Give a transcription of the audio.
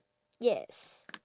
yes